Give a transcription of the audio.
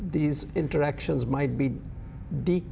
these interactions might be de